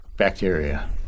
Bacteria